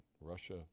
Russia